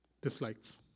Dislikes